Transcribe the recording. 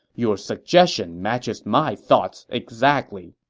your suggestion matches my thoughts exactly.